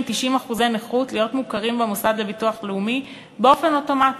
עם 90% נכות להיות מוכרים במוסד לביטוח לאומי באופן אוטומטי.